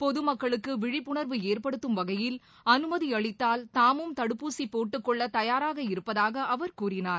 பொதுமக்களுக்கு விழிப்புணர்வு ஏற்படுத்தும் வகையில் அனுமதி அளித்தால் தாமும் தடுப்பூசி போட்டுக்கொள்ள தயாராக இருப்பதாக அவர் கூறினார்